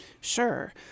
Sure